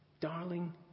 Darling